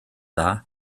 dda